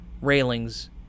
railings